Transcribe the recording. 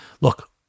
Look